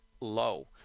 low